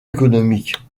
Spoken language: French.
économiques